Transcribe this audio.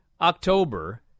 October